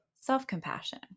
self-compassion